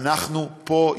אנחנו פה,